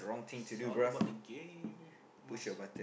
it's all about the game must